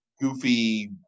Goofy